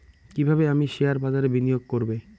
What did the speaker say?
কিভাবে আমি শেয়ারবাজারে বিনিয়োগ করবে?